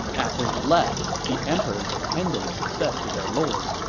after he left, the emperor's attendants said to their lord,